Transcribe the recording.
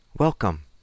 Welcome